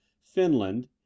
Finland